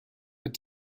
but